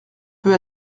peu